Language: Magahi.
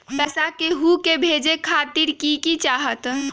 पैसा के हु के भेजे खातीर की की चाहत?